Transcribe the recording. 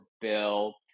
bill